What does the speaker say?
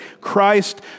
Christ